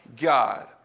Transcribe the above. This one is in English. God